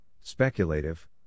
Speculative